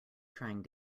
trying